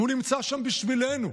הוא נמצא שם בשבילנו.